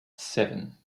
seven